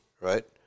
right